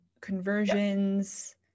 conversions